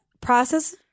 process